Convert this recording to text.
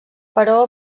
però